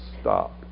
stop